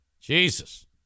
jesus